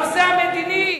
והנושא המדיני,